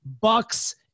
Bucks